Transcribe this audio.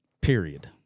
Period